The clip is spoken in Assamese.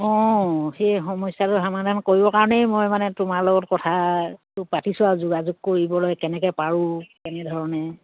অঁ সেই সমস্যাটো সমাধান কৰিবৰ কাৰণেই মই মানে তোমাৰ লগত কথাটো পাতিছোঁ আৰু যোগাযোগ কৰিবলৈ কেনেকৈ পাৰোঁ কেনে ধৰণে